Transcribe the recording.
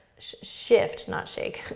shift, not shake,